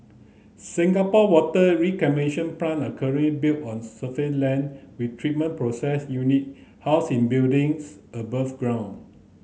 Singapore water reclamation plant are currently built on surface land with treatment process unit housed in buildings above ground